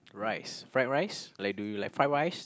rice fried rice like do you like fried rice